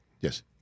Yes